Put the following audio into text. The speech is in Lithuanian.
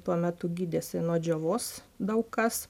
tuo metu gydėsi nuo džiovos daug kas